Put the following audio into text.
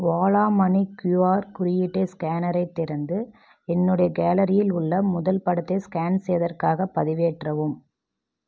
Ola money QR குறியீட்டு ஸ்கேனரை திறந்து என்னுடைய கேலரியில் உள்ள முதல் படத்தை ஸ்கேன் செய்தற்காகப் பதிவேற்றவும்